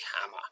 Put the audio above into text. hammer